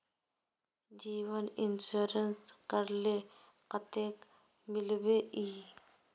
जीवन इंश्योरेंस करले कतेक मिलबे ई?